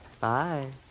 Bye